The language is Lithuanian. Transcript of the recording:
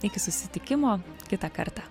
iki susitikimo kitą kartą